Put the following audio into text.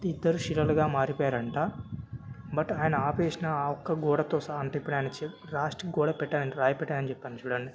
ఇద్దరు శిలలుగా మారిపోయారంట బట్ ఆయన ఆపేసిన ఆ ఒక్క గోడతో సహా అంటే ఇప్పుడు చి లాస్ట్ గోడకి పెట్టాలని రాయి పెట్టాలని చెప్పాను చూడండి